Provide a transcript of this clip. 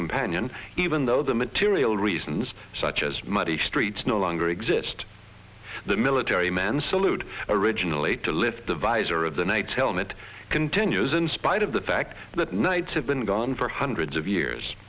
companion even though the material reasons such as muddy streets no longer exist the military men salute originally to lift the visor of the knights helmet continues in spite of the fact that knights have been gone for hundreds of years